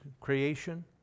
creation